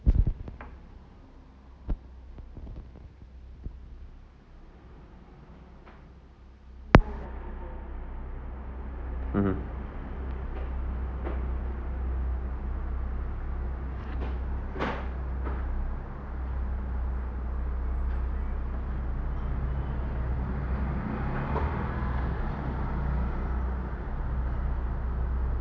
mmhmm